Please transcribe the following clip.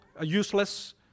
useless